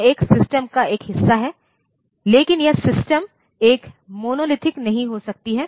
यह एक सिस्टम का एक हिस्सा है लेकिन यह सिस्टम एक मोनोलिथिक नहीं हो सकती है